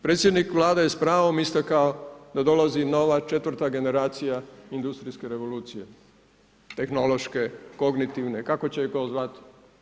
Predsjednik Vlade je s pravom istakao da dolazi nova četvrta generacija industrijske revolucije, tehnološke, kognitivne, kako će je tko zvat.